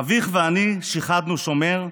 אביך ואני שיחדנו שומר,